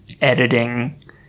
editing